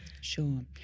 Sure